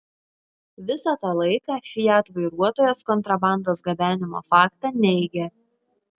visą tą laiką fiat vairuotojas kontrabandos gabenimo faktą neigė